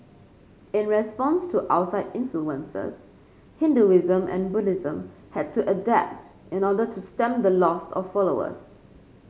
in response to outside influences Hinduism and Buddhism had to adapt in order to stem the loss of followers